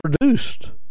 produced